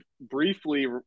briefly